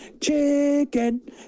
chicken